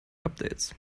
updates